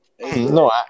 No